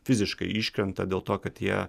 fiziškai iškrenta dėl to kad jie